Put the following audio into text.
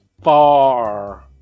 far